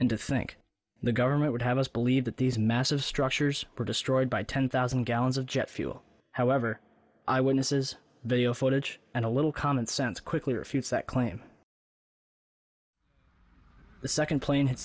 and to think the government would have us believe that these massive structures were destroyed by ten thousand gallons of jet fuel however i witness is video footage and a little common sense quickly refutes that claim the second plane hit